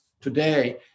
today